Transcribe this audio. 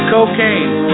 Cocaine